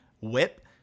whip